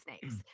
snakes